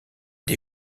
des